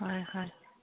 ꯍꯣꯏ ꯍꯣꯏ